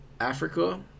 Africa